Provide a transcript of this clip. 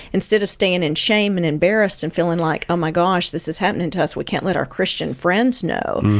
instead of staying in shame and embarrassed and feeling like, oh, my gosh, this is happening to us. we can't let our christian friends know.